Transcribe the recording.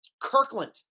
Kirkland